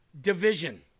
Division